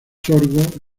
sorgo